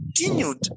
continued